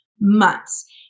months